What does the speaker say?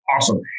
awesome